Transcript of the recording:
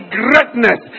greatness